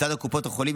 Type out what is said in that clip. מצד קופות החולים,